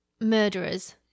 murderers